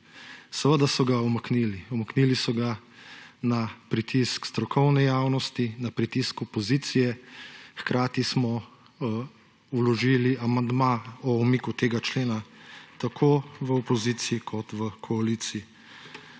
Seveda so ga umaknili! Umaknili so ga na pritisk strokovne javnosti, na pritisk opozicije, hkrati smo vložili amandma o umiku tega člena tako v opoziciji kot v koaliciji,